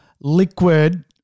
liquid